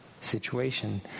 situation